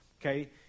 okay